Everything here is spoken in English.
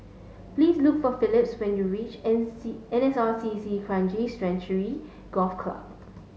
please look for Philip when you reach N C N S R C C Kranji Sanctuary Golf Club